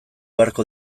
beharko